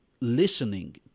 listening